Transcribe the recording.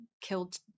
killed